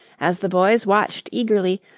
as the boys watched eagerly,